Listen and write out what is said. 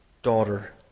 daughter